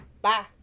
bye